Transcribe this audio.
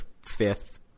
fifth